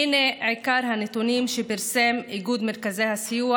הינה עיקר הנתונים שפרסם איגוד מרכזי הסיוע